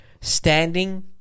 standing